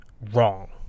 wrong